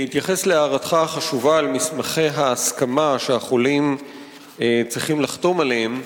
בהתייחס להערתך החשובה על מסמכי ההסכמה שהחולים צריכים לחתום עליהם,